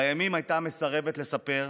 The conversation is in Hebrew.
בימים הייתה מסרבת לספר,